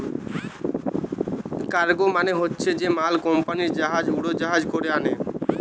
cargo মানে হচ্ছে যে মাল কুম্পানিরা জাহাজ বা উড়োজাহাজে কোরে আনে